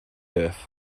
earth